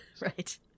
right